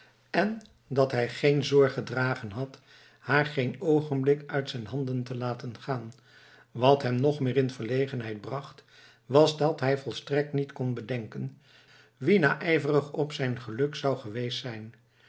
en dat hij geen zorg gedragen had haar geen oogenblik uit zijn handen te laten gaan wat hem nog meer in verlegenheid bracht was dat hij volstrekt niet kon bedenken wie naijverig op zijn geluk zou geweest zijn